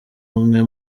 umwe